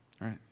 right